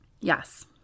Yes